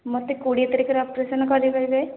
ମୋତେ କୋଡ଼ିଏ ତାରିଖରେ ଅପରେସନ୍ କରିପାରିବେ